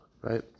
right